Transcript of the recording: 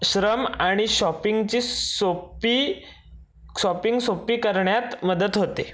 श्रम आणि शॉपिंगची सोपी शॉपिंग सोपी करण्यात मदत होते